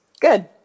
Good